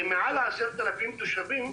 מעל 10,000 תושבים,